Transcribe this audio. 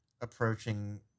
approaching